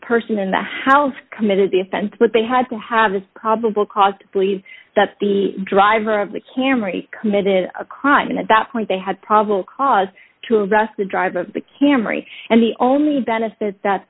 person in the house committed the offense but they had to have probable cause to believe that the driver of the camry committed a crime and at that point they had probable cause to address the driver of the camry and the only benefit that